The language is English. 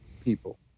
people